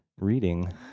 reading